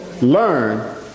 learn